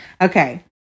Okay